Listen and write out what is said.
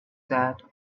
that